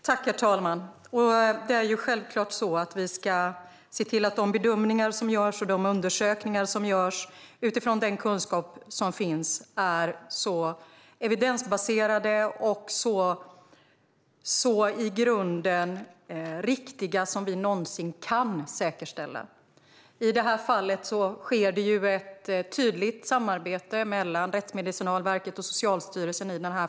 Herr talman! Det är självklart så att vi ska se till att de bedömningar och undersökningar som görs är så evidensbaserade och så i grunden riktiga som vi någonsin kan säkerställa utifrån den kunskap som finns. I den här frågan sker det ett tydligt samarbete mellan Rättsmedicinalverket och Socialstyrelsen.